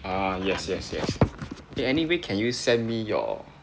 uh yes yes yes eh anyway can you send me your